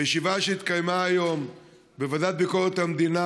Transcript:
בישיבה שהתקיימה היום בוועדה לביקורת המדינה,